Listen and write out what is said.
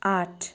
आठ